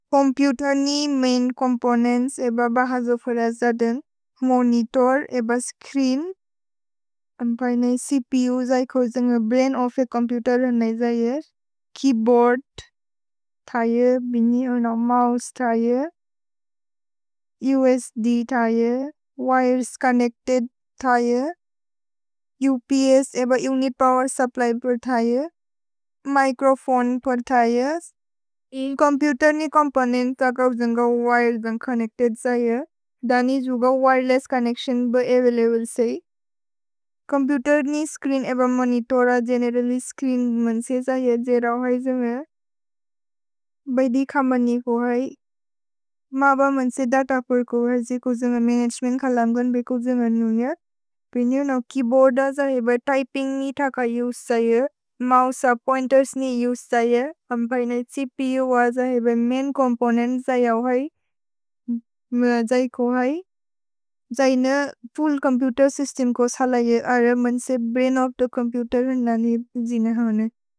Computer नि main components एब बहजो फोर जदन्। मोनितोर् एब स्च्रीन्। अम् पैने छ्पुस् है खुजन्ग् ब्रैन् ओफ् अ चोम्पुतेर् रनय् जयर्। केय्बोअर्द् थये। भिनि एब मोउसे थये। उस्द् थये। विरेस् चोन्नेच्तेद् थये। उप्स् एब उनित् पोवेर् सुप्प्ल्य् प्र् थये। मिच्रोफोने प्र् थये। छोम्पुतेर् नि चोम्पोनेन्त् थकव् जन्गव् विरे जन्ग् चोन्नेच्तेद् थये। द नि जुगव् विरेलेस्स् चोन्नेच्तिओन् ब अवैलब्ले थये। छोम्पुतेर् नि स्च्रीन् एब मोनितोर गेनेरल्ल्य् स्च्रीन् मन्से जयर् जय्रव् है जयम् है। भैदि खमनि को है। मब मन्से दत पुर् को है जयकु जयम्। मनगेमेन्त् खलम्गन् बेकु जयम् हन्नु जयक्। पिनु न केय्बोअर्द जयब् त्य्पिन्ग् नि थकव् उसे थये। मोउसे अ पोइन्तेर्स् नि उसे थये। छ्पु अ मैन् चोम्पोनेन्त् जयव् है। जयकु है। जयिन फुल्ल् चोम्पुतेर् स्य्स्तेम् को थलये। अर मन्से ब्रैन् ओफ् थे चोम्पुतेर् रनय् जिन हन्नु।